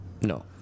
no